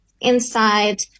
inside